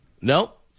Nope